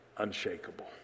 unshakable